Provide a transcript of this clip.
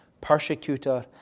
persecutor